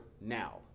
now